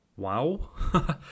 Wow